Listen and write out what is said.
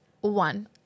One